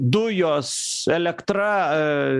dujos elektra